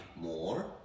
more